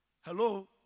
Hello